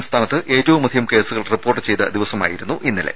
സംസ്ഥാനത്ത് ഏറ്റവുമധികം കേസുകൾ റിപ്പോർട്ട് ചെയ്ത ദിവസമായിരുന്നു ഇന്നലെ